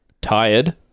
Tired